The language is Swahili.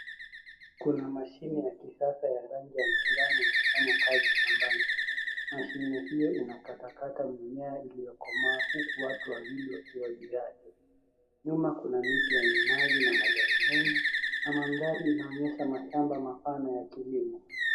Kuna mashine ya kisasa ya rangi ya manjano ikifanya kazi shambani. Mashine hio inakatakata mimea iliyokomaa, huku watu wawili wakiwa juu yake. Nyuma kuna miti yenye maji na majani mengi, na mandhari inaonyesha mashamba mapana ya kilimo.